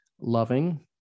loving